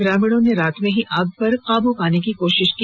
ग्रामीणों ने रात में ही आग पर काबू पाने की कोशिश की